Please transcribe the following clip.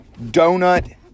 donut